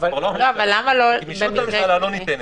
גמישות הממשלה לא ניתנת.